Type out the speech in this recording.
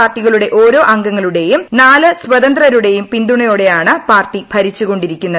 പാർട്ടികളുടെ ഓരോ അംഗങ്ങളുടേയും നാല് സ്വതന്ത്രുടെയും പിന്തുണയോടെയാണ് പാർട്ടി ഭരിച്ചുകൊണ്ടിരുന്നത്